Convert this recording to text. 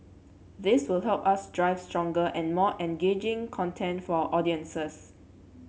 this will help us drive stronger and more engaging content for audiences